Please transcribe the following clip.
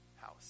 house